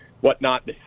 whatnot